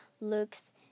looks